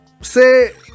say